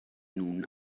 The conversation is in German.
nun